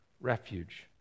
refuge